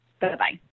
Bye-bye